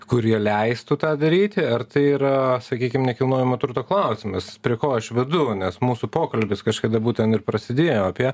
kurie leistų tą daryti ar tai yra sakykim nekilnojamo turto klausimas prie ko aš vedu nes mūsų pokalbis kažkada būten ir prasidėjo apie